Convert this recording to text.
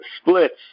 splits